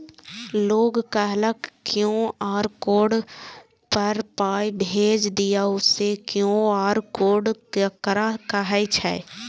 लोग कहलक QR code पर पाय भेज दियौ से क्यू.आर कोड ककरा कहै छै?